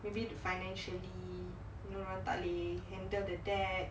maybe the financially dorang tak boleh handle the debt